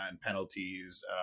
penalties